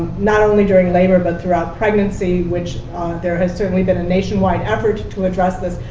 not only during labor, but throughout pregnancy, which there has certainly been a nationwide effort to address this.